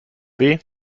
weh